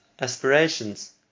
aspirations